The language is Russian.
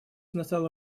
настало